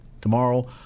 tomorrow